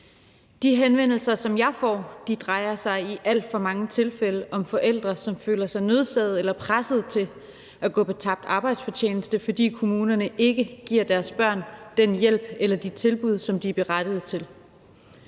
De henvendelser, som jeg får, drejer sig i alt for mange tilfælde om forældre, som føler sig nødsaget eller presset til at gå hjemme med kompensation for tabt arbejdsfortjeneste, fordi kommunerne ikke giver deres børn den hjælp eller de tilbud, som de er berettigede til.